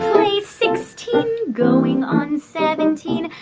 sixteen going on seventeen,